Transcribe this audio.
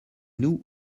nous